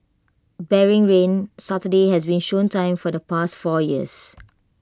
barring rain Saturday has been show time for the past four years